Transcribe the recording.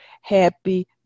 happy